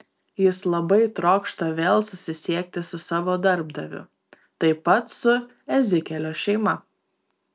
jis labai trokšta vėl susisiekti su savo darbdaviu taip pat su ezekielio šeima